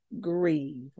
grieve